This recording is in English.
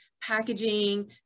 packaging